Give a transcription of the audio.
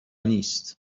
نیست